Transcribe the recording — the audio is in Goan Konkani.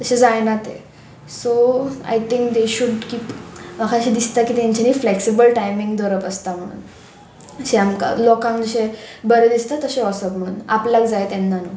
तशें जायना ते so I think they should keep म्हाका अशें दिसता की तेंच्यानी फ्लेक्सिबल टायमींग धरप आसता म्हणून अशें आमकां लोकांक जशें बरें दिसता तशें वसप म्हणून आपल्याक जाय तेन्ना न्हू